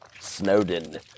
Snowden